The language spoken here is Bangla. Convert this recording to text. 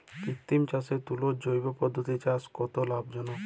কৃত্রিম চাষের তুলনায় জৈব পদ্ধতিতে চাষে কত লাভ হয়?